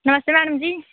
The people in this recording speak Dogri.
नमस्ते मैडम जी